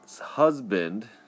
husband